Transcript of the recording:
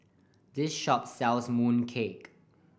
this shop sells mooncake